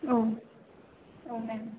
औ औ मेम